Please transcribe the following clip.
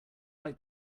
like